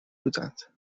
بودند